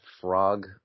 frog